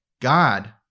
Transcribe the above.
God